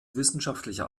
wissenschaftlicher